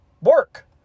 Work